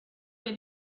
que